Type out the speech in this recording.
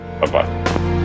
Bye-bye